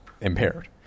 impaired